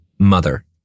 Mother